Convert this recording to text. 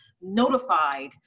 notified